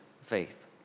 faith